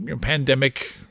pandemic